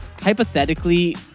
hypothetically